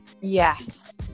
Yes